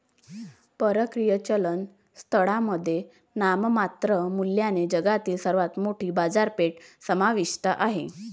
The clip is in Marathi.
परकीय चलन स्थळांमध्ये नाममात्र मूल्याने जगातील सर्वात मोठी बाजारपेठ समाविष्ट आहे